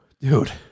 Dude